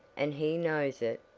and he knows it,